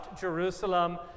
Jerusalem